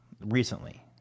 Recently